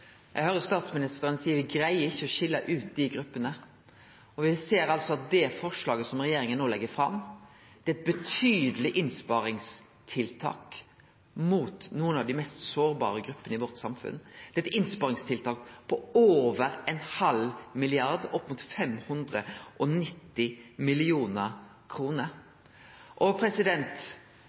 Eg høyrer statsministeren seie at me ikkje greier å skilje ut dei gruppene. Og me ser altså at det forslaget som regjeringa no legg fram, er eit betydeleg innsparingstiltak retta mot nokre av dei mest sårbare gruppene i samfunnet vårt. Det er eit innsparingstiltak på over ein halv milliard kroner – opp mot 590 mill. kr. Statsminister Solberg og